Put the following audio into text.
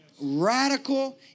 Radical